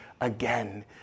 again